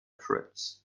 fruits